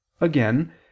Again